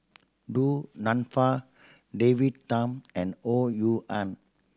Du Nanfa David Tham and Ho Rui An